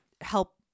help